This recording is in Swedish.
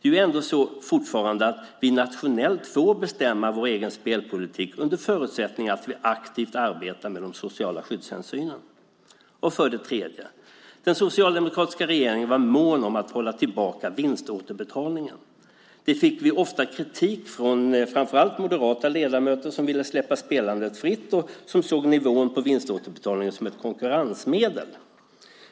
Det är fortfarande så att vi nationellt får bestämma vår egen spelpolitik under förutsättning att vi aktivt arbetar med de sociala skyddshänsynen. För det tredje: Den socialdemokratiska regeringen var mån om att hålla tillbaka vinståterbetalningen. Det fick vi ofta kritik för från framför allt moderata ledamöter som ville släppa spelandet fritt. De såg nivån på vinståterbetalningen som ett konkurrensmedel.